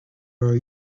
our